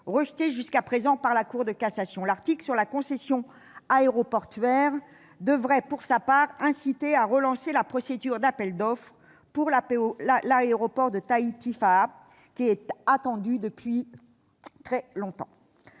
rejetée jusqu'à présent par la Cour de cassation. L'article relatif à la concession aéroportuaire devrait, quant à lui, inciter à relancer la procédure d'appel d'offres pour l'aéroport de Tahiti-Faa'a, attendue depuis longtemps.